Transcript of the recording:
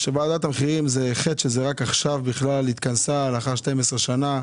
ועדת המחירים זה חטא שרק עכשיו בכלל התכנסה לאחר 12 שנה.